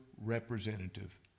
representative